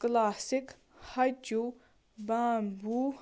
classic ہچوٗ bamboo